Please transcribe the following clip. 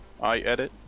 iEdit